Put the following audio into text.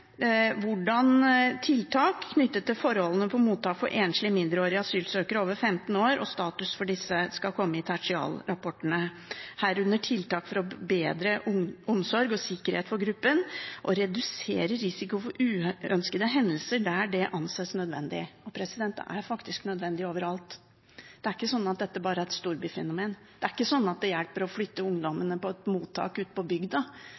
tiltak knyttet til forholdene på mottak for enslige mindreårige asylsøkere over 15 år og status for disse, «herunder tiltak for å forbedre omsorg og sikkerhet for gruppen og redusere risiko for uønskede hendelser der dette anses nødvendig». Det er faktisk nødvendig overalt! Det er ikke sånn at dette bare er et storbyfenomen. Det er ikke sånn at det hjelper å flytte ungdommene til et mottak ute på bygda,